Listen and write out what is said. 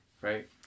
right